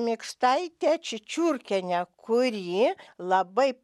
mikštaitė čičiurkienė kuri labai